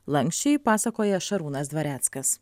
lanksčiai pasakoja šarūnas dvareckas